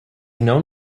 known